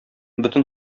бөтен